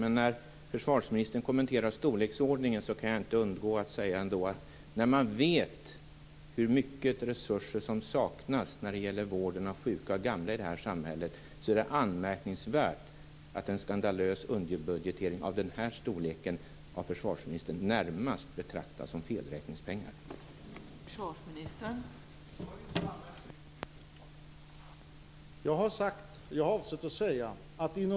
Men när försvarsministern kommenterar storleksordningen kan jag inte undgå att säga: När man vet hur mycket resurser som saknas i vården av sjuka och gamla i det här samhället är det anmärkningsvärt att en skandalös underbudgetering av den här storleken närmast betraktas som felräkningspengar av försvarsministern.